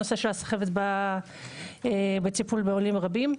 הנושא של הסחבת בא בטיפול בעולים רבים.